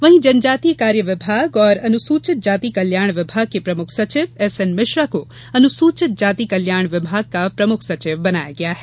वहीं जनजातिय कार्य विभाग एवं अनुसूचित जाति कल्याण विभाग के प्रमुख सचिव एसएन मिश्रा को अनुसचित जाति कल्याण विभाग का प्रमुख सचिव बनाया गया है